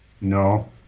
No